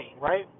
right